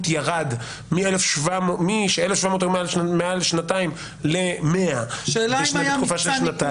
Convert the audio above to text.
ירד מ-1,700 ל-100 בתקופה של שנתיים.